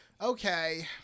Okay